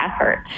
effort